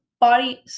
body